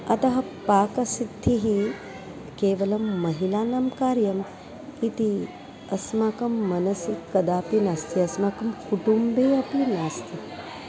अतः पाकसिद्धिः केवलं महिलानां कार्यम् इति अस्माकं मनसि कदापि नास्ति अस्माकं कुटुम्बे अपि नास्ति